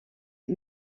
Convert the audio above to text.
het